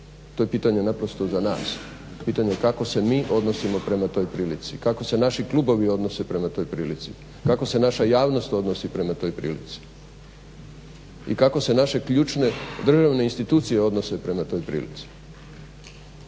To je pitanje naprosto za nas, pitanje kako se mi odnosimo prema toj prilici, kako se naši klubovi odnose prema toj prilici, kako se naša javnost odnosi prema toj prilici i kako se naše ključne državne institucije odnose prema toj prilici.